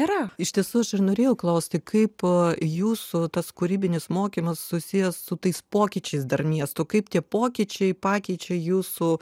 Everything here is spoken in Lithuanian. yra ištisus ir norėjau klausti kaip po jūsų tas kūrybinis mokymas susijęs su tais pokyčiais dar miestų kaip tie pokyčiai pakeičia jūsų